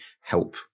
help